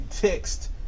text